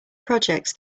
projects